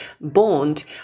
bond